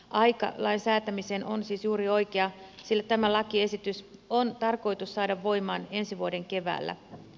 aika lain säätämiseen on siis juuri oikea sillä tämä lakiesitys on tarkoitus saada voimaan ensi vuoden keväällä